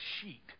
sheet